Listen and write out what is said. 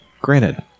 Granted